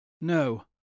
no